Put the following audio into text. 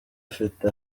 afite